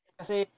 kasi